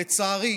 לצערי,